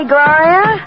Gloria